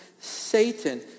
Satan